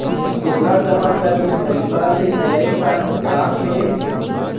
सोना जमा करके पैसा ले गए का हिसाब हे?